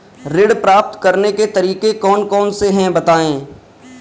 ऋण प्राप्त करने के तरीके कौन कौन से हैं बताएँ?